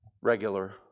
regular